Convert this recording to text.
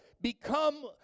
become